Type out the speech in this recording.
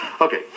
Okay